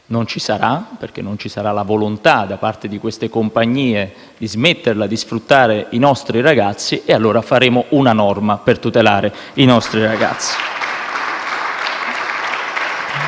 non ci sarà, perché non ci sarà la volontà da parte di queste compagnie di smetterla di sfruttare i nostri ragazzi, allora faremo una norma per tutelarli. *(Applausi